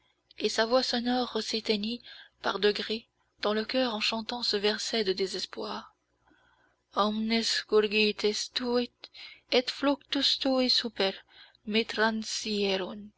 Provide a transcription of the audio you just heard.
et sa voix sonore s'éteignit par degrés dans le choeur en chantant ce verset de désespoir